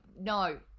no